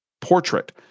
portrait